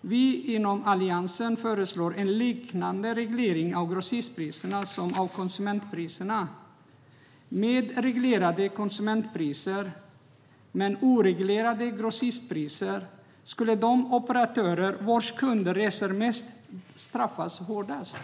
Vi inom Alliansen föreslår en liknande reglering av grossistpriserna som av konsumentpriserna. Med reglerade konsumentpriser, men oreglerade grossistpriser, skulle de operatörer vars kunder reser mest straffas hårdast.